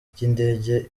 ry’indege